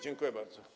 Dziękuję bardzo.